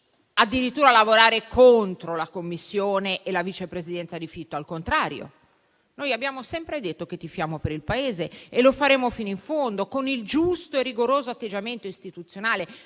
addirittura contro la Commissione e la vice presidenza di Fitto; al contrario, noi abbiamo sempre detto che tifiamo per il Paese e lo faremo fino in fondo, con il giusto e rigoroso atteggiamento istituzionale.